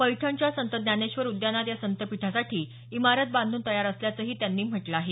पैठणच्या संत ज्ञानेश्वर उद्यानात या संतपीठसाठीची इमारत बांधून तयार असल्याचंही त्यांनी म्हटलं आहे